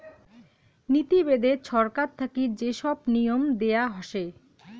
নীতি বেদে ছরকার থাকি যে সব নিয়ম দেয়া হসে